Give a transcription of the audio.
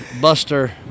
Buster